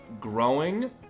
growing